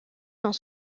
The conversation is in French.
dans